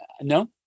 No